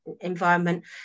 environment